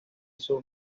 sur